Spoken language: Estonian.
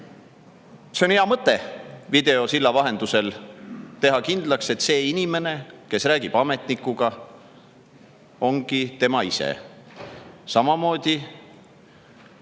et on hea mõte teha videosilla vahendusel kindlaks, et inimene, kes räägib ametnikuga, ongi tema ise. Samamoodi,